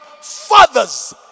fathers